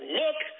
look